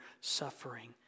suffering